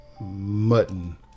mutton